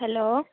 hello